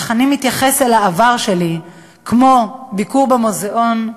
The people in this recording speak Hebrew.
אך אני מתייחס אל העבר שלי כמו אל ביקור במוזיאון,